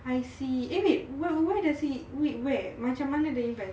I see eh wait wh~ where does he wh~ where macam mana dia invest